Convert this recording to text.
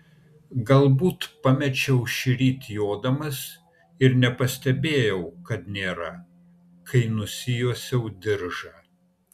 galbūt pamečiau šįryt jodamas ir nepastebėjau kad nėra kai nusijuosiau diržą